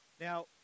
Now